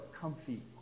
comfy